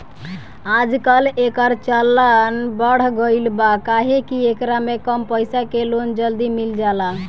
आजकल, एकर चलन बढ़ गईल बा काहे कि एकरा में कम पईसा के लोन जल्दी मिल जाला